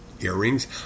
earrings